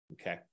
okay